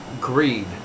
greed